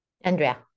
Andrea